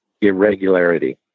irregularity